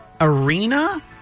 arena